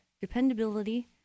dependability